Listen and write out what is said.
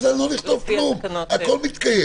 אז לא לכתוב כלום, הכול מתקיים.